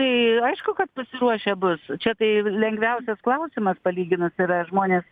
tai aišku kad pasiruošę bus čia tai lengviausias klausimas palyginus yra ar žmonės